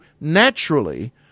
naturally